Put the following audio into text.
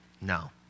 No